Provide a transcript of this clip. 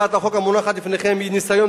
הצעת החוק המונחת לפניכם היא ניסיון